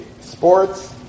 sports